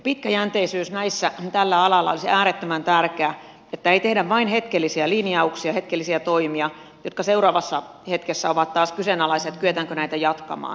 pitkäjänteisyys tällä alalla olisi äärettömän tärkeää että ei tehdä vain hetkellisiä linjauksia hetkellisiä toimia jotka seuraavassa hetkessä ovat taas kyseenalaisia kyetäänkö niitä jatkamaan